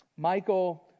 Michael